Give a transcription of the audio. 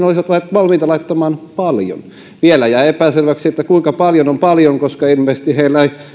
olisivat valmiita laittamaan paljon vielä jäi epäselväksi kuinka paljon on paljon koska ilmeisesti heillä ei